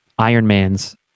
Ironman's